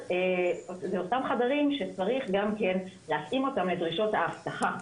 זה אותם חדרים שצריך גם כן להתאים אותם לדרישות האבטחה.